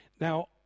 Now